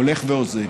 הוא הולך ואוזל.